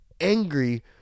angry